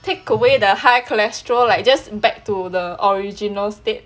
take away the high cholesterol like just back to the original state